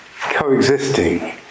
coexisting